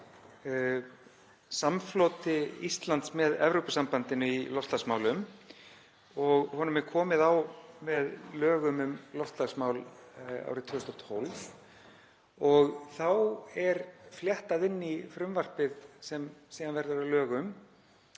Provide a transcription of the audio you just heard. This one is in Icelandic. samfloti Íslands með Evrópusambandinu í loftslagsmálum, og honum er komið á með lögum um loftslagsmál árið 2012 og þá er fléttað inn í frumvarpið, sem síðan verður að lögum,